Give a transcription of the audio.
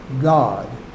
God